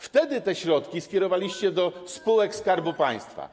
Wtedy te środki skierowaliście do spółek Skarbu Państwa.